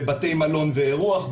בבתי מלון ואירוח,